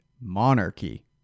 Monarchy